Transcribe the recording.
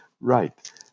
Right